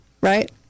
Right